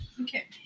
Okay